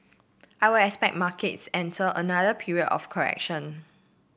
I would expect markets enter another period of correction